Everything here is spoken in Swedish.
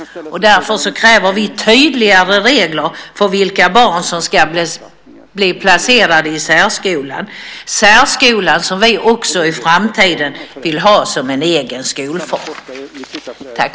Därför kräver vi tydligare regler för vilka barn som ska bli placerade i särskolan - särskolan, som vi också i framtiden vill ha som en egen skolform.